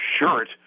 shirt